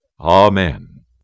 Amen